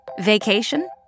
Vacation